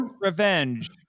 Revenge